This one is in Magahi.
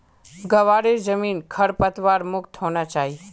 ग्वारेर जमीन खरपतवार मुक्त होना चाई